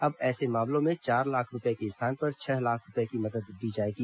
अब ऐसे मामलों में चार लाख रूपए के स्थान पर छह लाख रूपए की मदद दी जाएगी